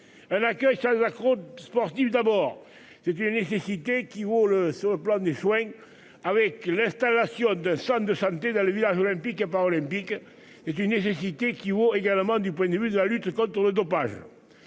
Un accueil sans accroc de sport Steve d'abord c'est une nécessité qui vaut le sur le plan des soins avec l'installation d'un centre de santé dans le village olympique a pas olympique est une nécessité qui vaut également du point de vue de la lutte contre le dopage.